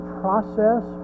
process